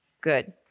Good